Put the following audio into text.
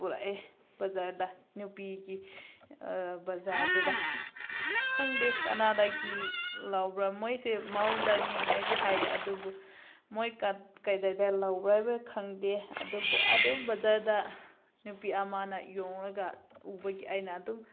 ꯄꯨꯔꯛꯑꯦ ꯕꯖꯥꯔꯗ ꯅꯨꯄꯤꯒꯤ ꯕꯖꯥꯔꯗꯨꯗ ꯈꯪꯗꯦ ꯀꯅꯥꯗꯒꯤ ꯂꯧꯕ꯭ꯔꯥ ꯃꯣꯏꯁꯦ ꯃꯥꯎꯗꯅꯤ ꯍꯥꯏꯗꯤ ꯍꯥꯏ ꯑꯗꯨꯕꯨ ꯃꯣꯏ ꯀꯗꯥꯏꯗ ꯂꯧꯕ꯭ꯔꯥ ꯍꯥꯏꯕ ꯈꯪꯗꯦ ꯑꯗꯨꯕꯨ ꯑꯗꯨꯝ ꯕꯖꯥꯔꯗ ꯅꯨꯄꯤ ꯑꯃꯅ ꯌꯣꯜꯂꯒ ꯎꯕꯒꯤ ꯑꯩꯅ ꯑꯗꯨꯝ